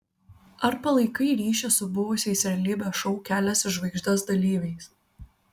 ar palaikai ryšį su buvusiais realybės šou kelias į žvaigždes dalyviais